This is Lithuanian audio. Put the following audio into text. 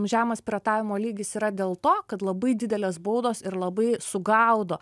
žemas piratavimo lygis yra dėl to kad labai didelės baudos ir labai sugaudo